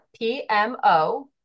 PMO